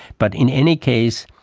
but in any case,